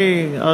בשמחה.